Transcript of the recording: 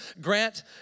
grant